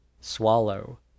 swallow